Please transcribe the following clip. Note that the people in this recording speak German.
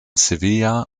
sevilla